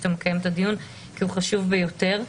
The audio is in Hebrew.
תודה לך על כך שאתה מקיים את הדיון החשוב ביותר הזה.